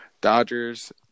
Dodgers